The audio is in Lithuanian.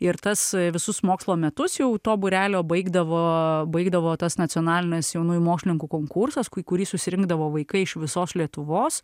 ir tas visus mokslo metus jau to būrelio baigdavo baigdavo tas nacionalinis jaunųjų mokslininkų konkursas kurį susirinkdavo vaikai iš visos lietuvos